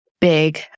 big